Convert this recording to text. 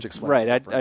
right